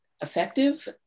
effective